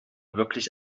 wirklich